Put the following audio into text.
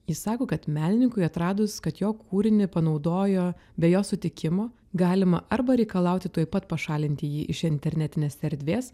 ji sako kad menininkui atradus kad jo kūrinį panaudojo be jo sutikimo galima arba reikalauti tuoj pat pašalinti jį iš internetinės erdvės